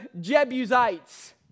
Jebusites